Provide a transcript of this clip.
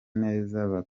neza